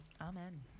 Amen